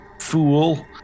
fool